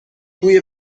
بوی